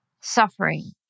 suffering